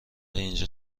اینجا